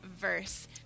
verse